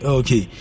okay